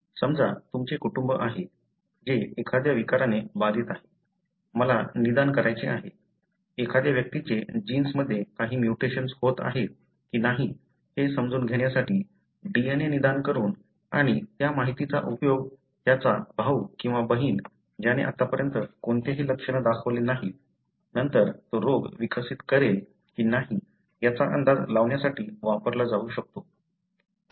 समजा तुमचे कुटुंब आहे जे एखाद्या विकाराने बाधित आहे मला निदान करायचे आहे एखाद्या व्यक्तीचे जीन्समध्ये काही म्युटेशन्स होत आहे की नाही हे समजून घेण्यासाठी DNA निदान करून आणि त्या माहितीचा उपयोग त्याचा भाऊ किंवा बहीण ज्याने आत्तापर्यंत कोणतेही लक्षण दाखवले नाही नंतर तो रोग विकसित करेल की नाही याचा अंदाज लावण्यासाठी वापरला जाऊ शकतो